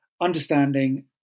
understanding